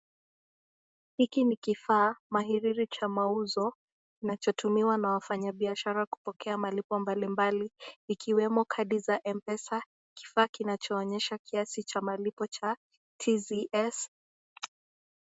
Hiki ni kifaa mahiriri cha mauzo, inachotumiwa na wafanyi biashara kupokea malipo mbalimbali , ikiwemo kadi za mpesa, kifaa kinachoonyesha kiasi cha malipo cha Tcs.